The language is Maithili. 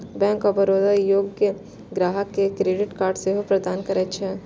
बैंक ऑफ बड़ौदा योग्य ग्राहक कें क्रेडिट कार्ड सेहो प्रदान करै छै